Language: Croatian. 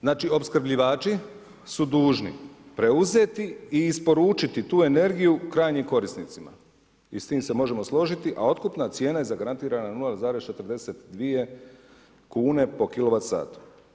Znači opskrbljivači su dužni preuzeti i isporučiti tu energiju krajnjim korisnicima i s tim se možemo složiti, a otkupna cijena je zagarantirana na 0,42 kune po kilovat satu.